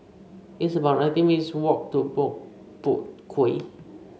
it's about nineteen minutes' walk to Boat Boat Quay